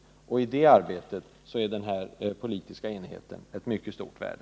I det arbetet är denna politiska enighet av mycket stort värde.